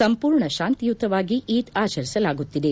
ಸಂಪೂರ್ಣ ಶಾಂತಿಯುತವಾಗಿ ಈದ್ ಆಚರಿಸಲಾಗುತ್ತಿದೆ